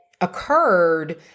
occurred